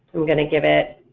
i'm going to give it,